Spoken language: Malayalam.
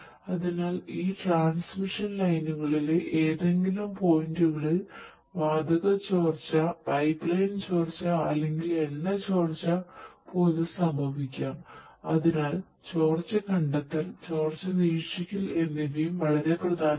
അതിനാൽ ഈ ട്രാൻസ്മിഷൻ ലൈനുകളിലെ ഏതെങ്കിലും പോയിന്റുകളിൽ വാതക ചോർച്ച പൈപ്പ്ലൈൻ ചോർച്ച അല്ലെങ്കിൽ എണ്ണ ചോർച്ച പോലും സംഭവിക്കാം അതിനാൽ ചോർച്ച കണ്ടെത്തൽ ചോർച്ച നിരീക്ഷിക്കൽ എന്നിവയും വളരെ പ്രധാനമാണ്